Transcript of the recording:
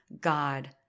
God